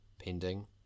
pending